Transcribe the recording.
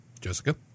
Jessica